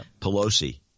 Pelosi